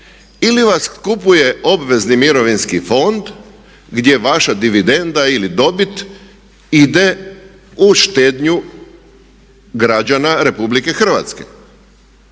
ili vas kupuje obvezni mirovinski fond gdje vaša dividenda ili dobit ide u štednju građana RH? Šta je